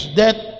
death